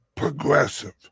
progressive